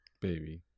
Baby